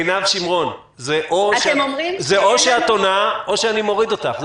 עינב שימרון, זה או שאת עונה או שאני מוריד אותך.